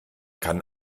kann